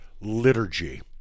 liturgy